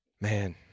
Man